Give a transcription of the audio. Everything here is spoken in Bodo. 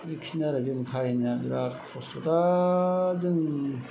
बेखिनायानो आरो जोंनि काहानिया बिराद कस्थ'थार दा जों